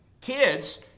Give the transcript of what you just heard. Kids